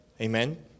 Amen